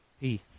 peace